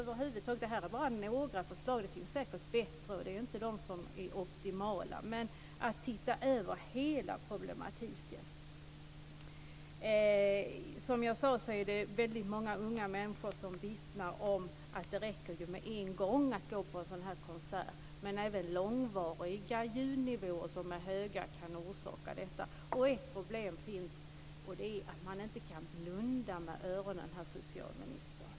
Detta är bara några förslag, och det finns säkert bättre. De är inte de optimala. Man borde titta över hela problematiken. Som jag sade finns det många unga människor som vittnar om att det räcker att gå en gång på en sådan här konsert. Men även långvariga, höga ljudnivåer kan orsaka skador. Det finns ett problem, och det är att man inte kan blunda med öronen, herr socialminister!